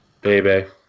Baby